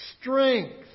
strength